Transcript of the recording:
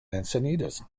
encinitas